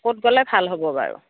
ক'ত গ'লে ভাল হ'ব বাৰু